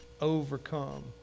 overcome